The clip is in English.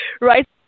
right